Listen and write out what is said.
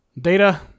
Data